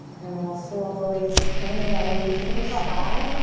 and then we'll slowly inhale reach for the sky.